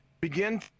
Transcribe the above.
begin